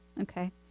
Okay